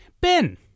Ben